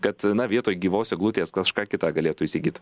kad na vietoj gyvos eglutės kažką kitą galėtų įsigyt